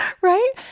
right